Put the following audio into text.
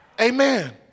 Amen